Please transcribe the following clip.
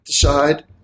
decide